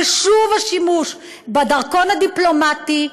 ושוב השימוש בדרכון הדיפלומטי,